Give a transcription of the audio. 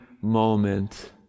moment